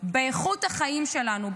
באיכות החיים שלנו,